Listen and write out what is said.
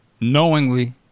knowingly